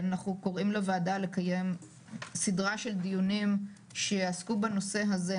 אנחנו קוראים לוועדה לקיים סדרה של דיונים שיעסקו בנושא הזה,